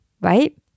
right